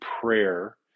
prayer